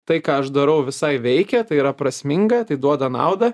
tai ką aš darau visai veikia tai yra prasminga tai duoda naudą